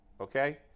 Okay